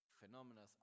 phenomena